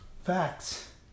Facts